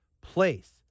place